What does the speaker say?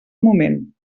moment